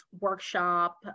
workshop